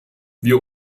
wir